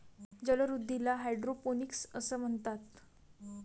जलवृद्धीला हायड्रोपोनिक्स असे म्हणतात